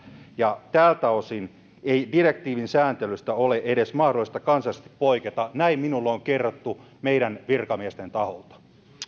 ja tältä osin ei direktiivin sääntelystä ole edes mahdollista kansallisesti poiketa näin minulle on kerrottu meidän virkamiestemme taholta